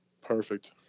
Perfect